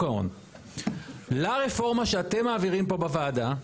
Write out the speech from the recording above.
ההון לרפורמה שאתם מעבירים פה בוועדה,